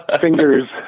fingers